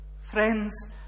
Friends